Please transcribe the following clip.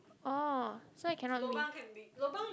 orh so I cannot